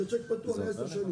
זה צ'ק פתוח לעשר שנים.